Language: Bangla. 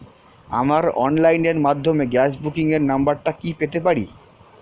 আমার অনলাইনের মাধ্যমে গ্যাস বুকিং এর নাম্বারটা কি পেতে পারি?